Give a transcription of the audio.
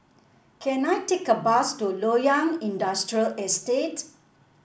can I take a bus to Loyang Industrial Estate